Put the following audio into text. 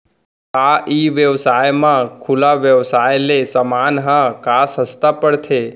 का ई व्यवसाय म खुला व्यवसाय ले समान ह का सस्ता पढ़थे?